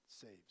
saves